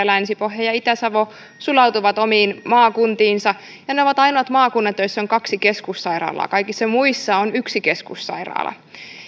länsi pohja ja itä savo sulautuvat omiin maakuntiinsa ja ne ovat ainoat maakunnat joissa on kaksi keskussairaalaa kaikissa muissa on yksi keskussairaala